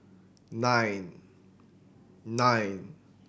nine